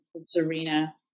Serena